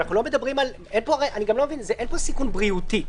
סיכון בריאותי.